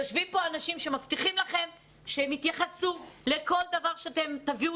יושבים פה אנשים שמבטיחים לכם שהם יתייחסו לכל דבר שתביאו